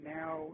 now